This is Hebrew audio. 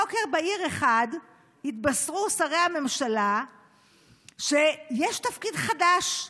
בוקר בהיר אחד התבשרו שרי הממשלה שיש תפקיד חדש,